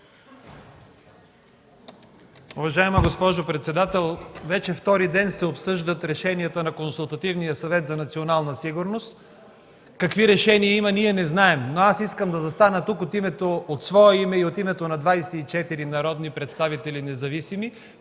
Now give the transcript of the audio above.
Уважаема госпожо председател, вече втори ден се обсъждат решенията на Консултативния съвет за национална сигурност. Какви решения има ние не знаем, но аз искам да застана тук от свое име и от името на 24 народни – независими,